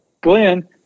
Glenn